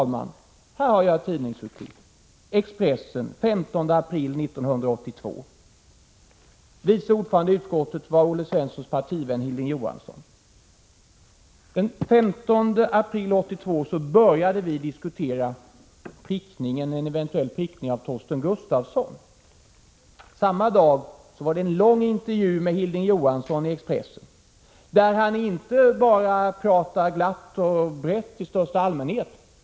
Jag har här ett tidningsurklipp från Expressen den 15 april 1982. Vice ordförande i utskottet var då Olle Svenssons partivän Hilding Johansson. Den 15 april 1982 började vi diskutera en eventuell prickning av Torsten Gustafsson. Samma dag fanns en lång intervju med Hilding Johansson i Expressen, där han inte bara pratade glatt och brett i största allmänhet.